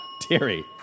Terry